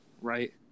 right